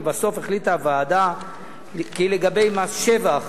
לבסוף החליטה הוועדה כי לגבי מס שבח